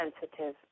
sensitive